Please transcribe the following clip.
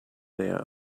there